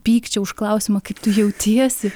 pykčio už klausimą kaip tu jautiesi